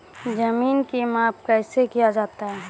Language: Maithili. जमीन की माप कैसे किया जाता हैं?